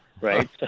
Right